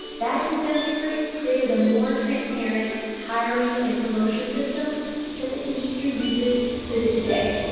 that consent decree created a more transparent hiring and promotion system that the industry uses to this day